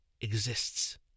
exists